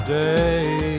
day